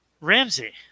Ramsey